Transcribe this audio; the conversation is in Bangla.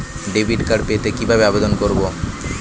ডেবিট কার্ড পেতে কিভাবে আবেদন করব?